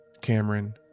cameron